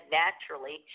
naturally